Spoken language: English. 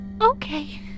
Okay